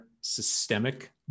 systemic